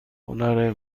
هنر